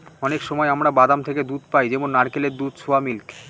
অনেক সময় আমরা বাদাম থেকে দুধ পাই যেমন নারকেলের দুধ, সোয়া মিল্ক